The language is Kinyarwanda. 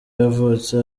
yavutse